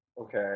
Okay